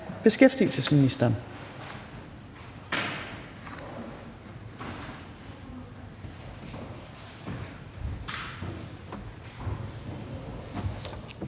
beskæftigelsesministeren.